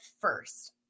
first